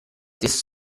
this